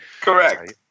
Correct